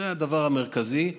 זה הדבר המרכזי,